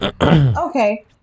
Okay